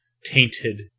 tainted